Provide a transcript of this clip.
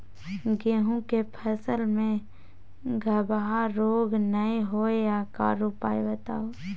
गेहूँ के फसल मे गबहा रोग नय होय ओकर उपाय बताबू?